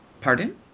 Pardon